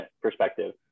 perspective